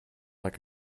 like